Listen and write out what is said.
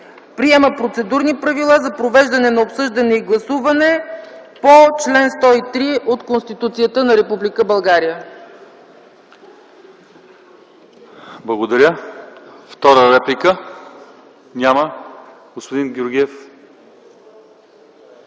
„Приема процедурни правила за провеждане на обсъждане и гласуване по чл. 103 от Конституцията на Република